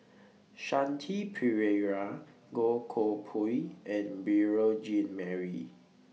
Shanti Pereira Goh Koh Pui and Beurel Jean Marie